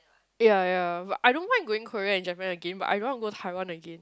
ya ya but I don't mind going Korea and Japan again but I don't want to go Taiwan again